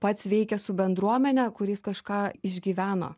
pats veikė su bendruomene kur jis kažką išgyveno